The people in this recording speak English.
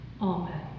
Amen